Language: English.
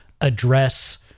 address